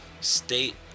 state